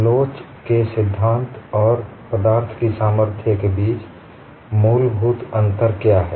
लोच के सिद्धांत और पदार्थ की सामर्थ्य के बीच मूलभूत अंतर क्या है